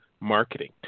marketing